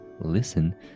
listen